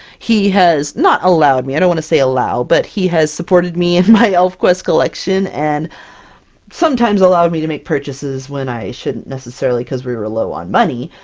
he has not allowed me, i don't want to say allow but he has supported me in my elfquest collection, and sometimes allowed me to make purchases when i shouldn't necessarily, because we were low on money.